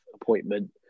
appointment